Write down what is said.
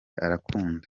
arankunda